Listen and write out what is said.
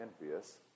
envious